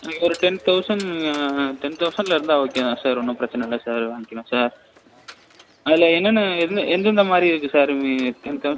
எனக்கு ஒரு ten thousand ten தௌசண்டில் இருந்தால் ஓகே தான் சார் ஒன்றும் பிரச்சனை இல்லை சார் வாங்கிக்கலாம் சார் அதில் என்னென்ன என்ன எந்தெந்த மாதிரி இருக்குது சார் மீ டென் தௌஸ்